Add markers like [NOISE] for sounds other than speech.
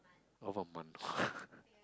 over a month [NOISE]